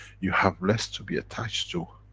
you have less to be attached to,